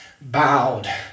bowed